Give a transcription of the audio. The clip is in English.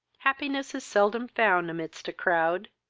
happiness is seldom found amidst a crowd.